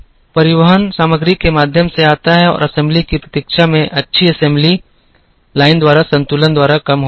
परिवहन सामग्री के माध्यम से आता है और असेंबली की प्रतीक्षा में अच्छी असेंबली लाइन संतुलन द्वारा कम हो जाती है